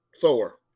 thor